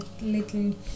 little